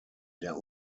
der